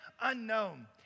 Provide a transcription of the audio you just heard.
unknown